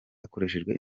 hakoreshejwe